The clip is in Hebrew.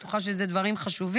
אני בטוחה שזה דברים חשובים,